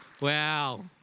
wow